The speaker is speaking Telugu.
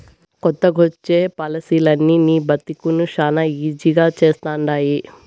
కొత్తగొచ్చే పాలసీలనీ నీ బతుకుని శానా ఈజీ చేస్తండాయి